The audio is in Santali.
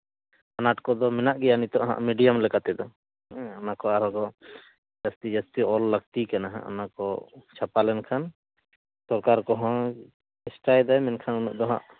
ᱟᱱᱟᱴ ᱠᱚᱫᱚ ᱢᱮᱱᱟᱜ ᱜᱮᱭᱟ ᱱᱤᱛᱳᱜ ᱦᱟᱸᱜ ᱢᱤᱰᱤᱭᱟᱢ ᱞᱮᱠᱟᱛᱮᱫᱚ ᱦᱮᱸ ᱚᱱᱟ ᱠᱚ ᱟᱨᱦᱚᱸ ᱡᱟᱹᱥᱛᱤ ᱡᱟᱹᱥᱛᱤ ᱚᱞ ᱞᱟᱹᱠᱛᱤ ᱠᱟᱱᱟ ᱦᱟᱸᱜ ᱚᱱᱟᱠᱚ ᱪᱷᱟᱯᱟ ᱞᱮᱱᱠᱷᱟᱱ ᱥᱚᱨᱠᱟᱨ ᱠᱚᱦᱚᱸᱭ ᱪᱮᱥᱴᱟᱭ ᱫᱟᱭ ᱢᱮᱱᱠᱷᱟᱱ ᱩᱱᱟᱹᱜ ᱫᱚ ᱦᱟᱸᱜ